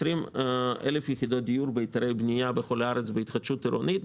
ו-20,000 יחידות דיור בהיתרי בנייה בכל הארץ בהתחדשות עירונית.